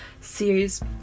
series